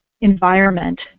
environment